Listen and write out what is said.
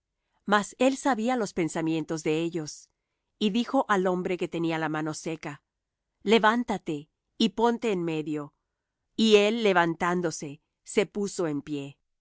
mas él sabía los pensamientos de ellos y dijo al hombre que tenía la mano seca levántate y ponte en medio y él levantándose se puso en pie